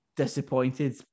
disappointed